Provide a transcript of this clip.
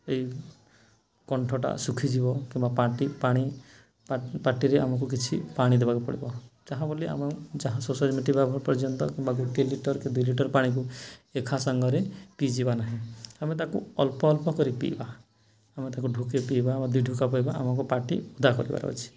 ଏଇ କଣ୍ଠଟା ଶୁଖିଯିବ କିମ୍ବା ପାଟି ପାଣି ପାଟିରେ ଆମକୁ କିଛି ପାଣି ଦେବାକୁ ପଡ଼ିବ ଯାହା ବୋଲି ଆମ ଯାହା ଶୋଷ ଏମିତି ନହେବା ପର୍ଯ୍ୟନ୍ତ କିମ୍ବା ଗୋଟି ଲିଟର କି ଦୁଇ ଲିଟର ପାଣିକୁ ଏକା ସାଙ୍ଗରେ ପିଇଯିବା ନାହିଁ ଆମେ ତାକୁ ଅଳ୍ପ ଅଳ୍ପ କରି ପିଇବା ଆମେ ତାକୁ ଢୋକେ ପିଇବା ବା ଦିଇ ଢୋକ ପିଇବା ଆମକୁ ପାଟି ଓଦା କରିବାର ଅଛି